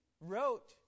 wrote